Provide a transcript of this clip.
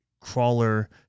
crawler